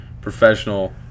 professional